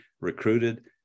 recruited